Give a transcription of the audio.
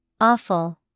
Awful